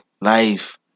life